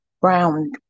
brown